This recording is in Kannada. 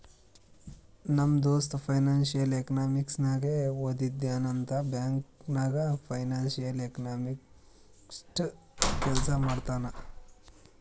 ನಮ್ ದೋಸ್ತ ಫೈನಾನ್ಸಿಯಲ್ ಎಕನಾಮಿಕ್ಸ್ ನಾಗೆ ಓದ್ಯಾನ್ ಅಂತ್ ಬ್ಯಾಂಕ್ ನಾಗ್ ಫೈನಾನ್ಸಿಯಲ್ ಎಕನಾಮಿಸ್ಟ್ ಕೆಲ್ಸಾ ಮಾಡ್ತಾನ್